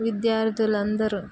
విద్యార్థులు అందరు